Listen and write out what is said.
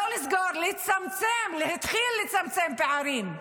לא לסגור, לצמצם, להתחיל לצמצם פערים.